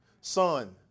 Son